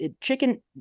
chicken